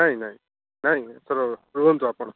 ନାଇଁ ନାଇଁ ନାଇଁ ଏଥର ରୁହନ୍ତୁ ଆପଣ